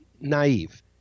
naive